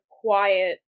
quiet